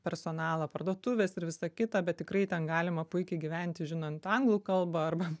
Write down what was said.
personalą parduotuvės ir visa kita bet tikrai ten galima puikiai gyventi žinant anglų kalbą arba